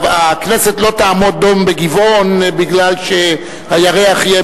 הכנסת לא תעמוד דום בגבעון כי הירח יהיה